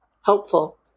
helpful